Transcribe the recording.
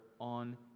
on